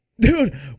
Dude